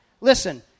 Listen